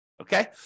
Okay